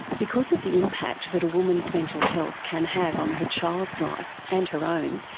because of the impact that a woman's mental health can have on her child's life, and her own,